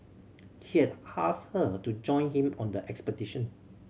he had asked her to join him on the expedition